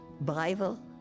Bible